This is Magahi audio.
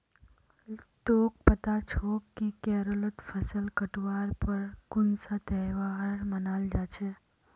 तोक पता छोक कि केरलत फसल काटवार पर कुन्सा त्योहार मनाल जा छे